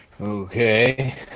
Okay